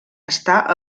estar